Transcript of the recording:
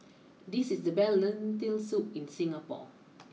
this is the best Lentil Soup in Singapore